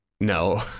No